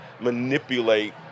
manipulate